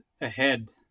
ahead